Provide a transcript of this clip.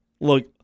Look